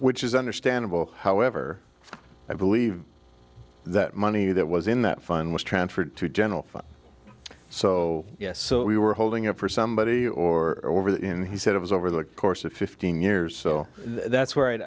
which is understandable however i believe that money that was in that fund was transferred to general fund so yes we were holding it for somebody or over there in he said it was over the course of fifteen years so that's where i